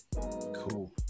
cool